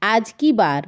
আজ কী বার